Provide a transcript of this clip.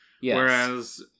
Whereas